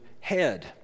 head